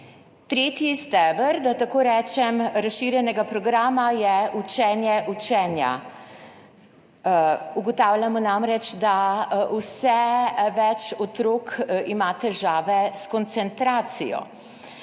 Tretji steber, da tako rečem, razširjenega programa je učenje učenja. Ugotavljamo namreč, da ima vse več otrok težave s koncentracijo.